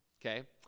Okay